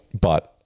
but-